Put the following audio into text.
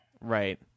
Right